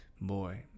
boy